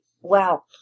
wow